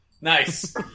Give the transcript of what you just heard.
Nice